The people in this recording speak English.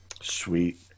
Sweet